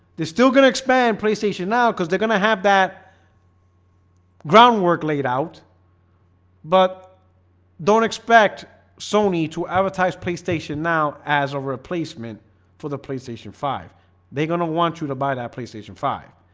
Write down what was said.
still gonna expand playstation now because they're gonna have that groundwork laid out but don't expect sony to advertise playstation now as a replacement for the playstation five they're gonna want you to buy that playstation five